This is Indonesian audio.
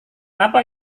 apa